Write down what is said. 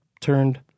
Turned